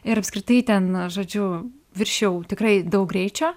ir apskritai ten žodžiu viršijau tikrai daug greičio